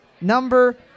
number